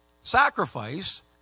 Sacrifice